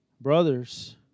brothers